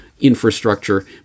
infrastructure